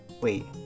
Wait